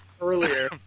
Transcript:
earlier